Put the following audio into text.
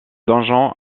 donjon